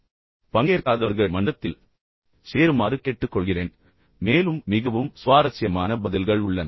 இன்னும் பங்கேற்காதவர்கள் மன்றத்தில் சேருமாறு கேட்டுக்கொள்கிறேன் மேலும் மிகவும் சுவாரஸ்யமான பதில்கள் உள்ளன